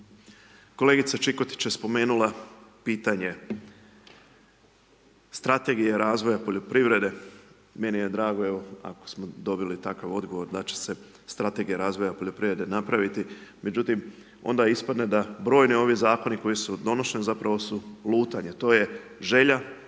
Kolegica Čikotić je spomenula pitanje strategije razvoja poljoprivrede, meni je drago evo ako smo dobili takav odgovor da će se strategija razvoja poljoprivrede napraviti međutim onda ispadne da brojni ovi zakoni koji su donošeni zapravo su lutanje, to je želja